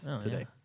today